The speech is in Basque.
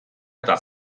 eta